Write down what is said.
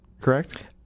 correct